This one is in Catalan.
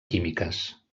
químiques